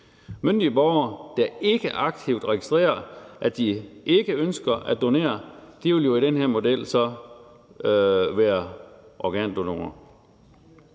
Myndige borgere, der ikke aktivt registrerer, at de ikke ønsker at donere, vil i den her model så være organdonorer.